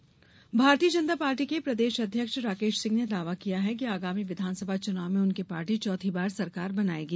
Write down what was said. राकेश दावा भारतीय जनता पार्टी के प्रदेश अध्यक्ष राकेश सिंह ने दावा किया है कि आगामी विधानसभा चुनाव में उनकी पार्टी चौथी बार सरकार बनायेगी